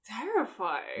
terrifying